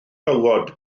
tywod